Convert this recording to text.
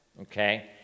okay